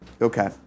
Okay